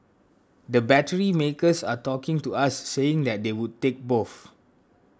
the battery makers are talking to us saying that they would take both